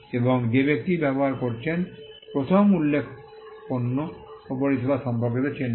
এবং যে ব্যক্তি ব্যবহার করছেন প্রথম উল্লেখ পণ্য বা পরিষেবা সম্পর্কিত চিহ্ন